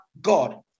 God